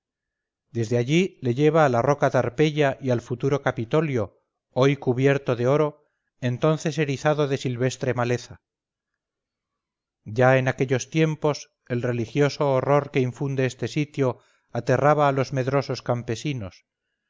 desde allí le lleva a la roca tarpeya y al futuro capitolio hoy cubierto de oro entonces erizado de silvestre maleza ya en aquellos tiempos el religioso horror que infunde este sitio aterraba a los medrosos campesinos